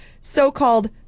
so-called